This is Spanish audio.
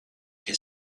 que